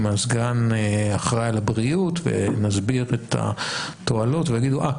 עם הסגן האחראי על הבחירות ונסביר את התועלות והם יגידו: אה,